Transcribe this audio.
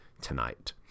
tonight